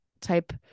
type